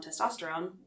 testosterone